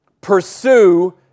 Pursue